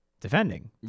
Defending